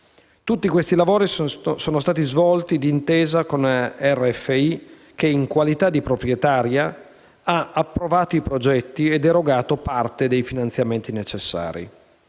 Tutti questi lavori sono stati svolti d'intesa con RFI che, in qualità di proprietaria, ha approvato i progetti ed erogato parte dei finanziamenti necessari.